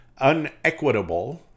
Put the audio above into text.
unequitable